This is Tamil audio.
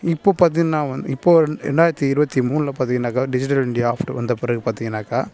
இப்போது பார்த்திங்னா வந்து இப்போது ரெண்டாயிரத்தி இருபத்தி மூனில் பார்த்திங்கனாக்க டிஜிட்டல் இந்தியா ஆஃப்டர் வந்த பிறகு பார்த்திங்கனாக்கா